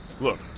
Look